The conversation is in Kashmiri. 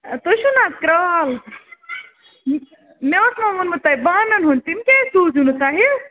تُہۍ چھُو نا حظ کرٛال مےٚ اوس مَو ووٚنمُت تۄہہِ بانَن ہُنٛد تِم کیٛازِ سوٗزِو نہٕ تۄہہِ